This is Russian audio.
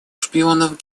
шпионов